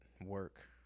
work